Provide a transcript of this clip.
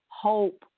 hope